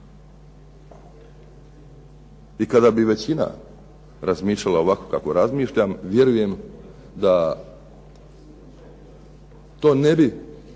I kada bi većina razmišljala ovako kako razmišljam vjerujem da to ne bi